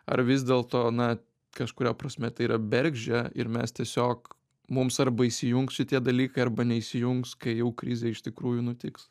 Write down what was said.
ar vis dėlto na kažkuria prasme tai yra bergždžia ir mes tiesiog mums arba įsijungs šitie dalykai arba neįsijungs kai jau krizė iš tikrųjų nutiks